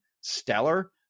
stellar